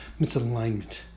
misalignment